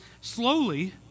slowly